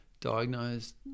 diagnosed